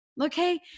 Okay